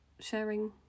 sharing